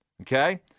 Okay